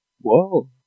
Whoa